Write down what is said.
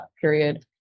period